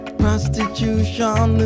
prostitution